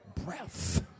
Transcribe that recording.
breath